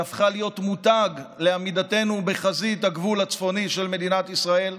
שהפכה להיות מותג לעמידתנו בחזית הגבול הצפוני של מדינת ישראל.